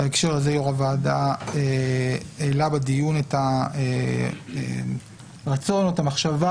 בהקשר הזה יו"ר הוועדה העלה בדיון את הרצון או את המחשבה